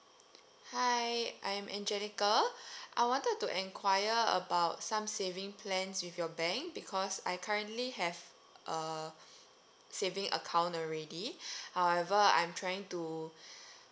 hi I'm angelica I wanted to enquire about some saving plans with your bank because I currently have a saving account already however I'm trying to